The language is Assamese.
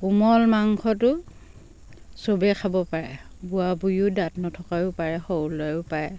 কোমল মাংসটো চবেই খাব পাৰে বুঢ়া বুঢ়ীও দাঁত নথকায়ো পাৰে সৰু ল'ৰায়ো পাৰে